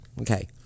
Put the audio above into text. Okay